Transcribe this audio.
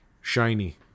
shiny